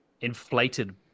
inflated